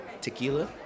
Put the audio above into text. tequila